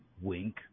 Wink